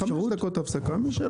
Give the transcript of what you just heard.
מה יעשו?